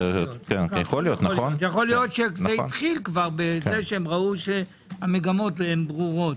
יכול להיות שזה התחיל בזה שהם ראו שהמגמות ברורה.